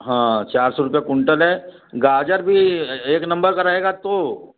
हाँ चार सौ रुपये कुंटल है गाजर भी एक नंबर का रहेगा तो